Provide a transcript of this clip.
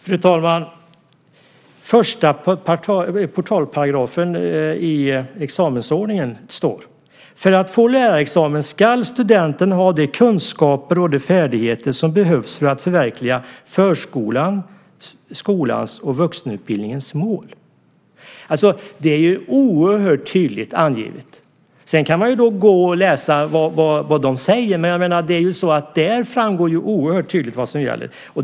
Fru talman! I portalparagrafen i examensordningen står det: För att få lärarexamen skall studenten ha de kunskaper och de färdigheter som behövs för att förverkliga förskolans, skolans och vuxenutbildningens mål. Detta är oerhört tydligt angivet. Sedan kan man läsa vad de säger. Men här framgår ju oerhört tydligt vad som gäller.